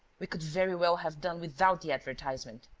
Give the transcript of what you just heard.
we could very well have done without the advertisement.